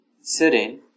sitting